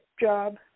job